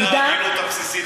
בדיוק כמו שאני אומר.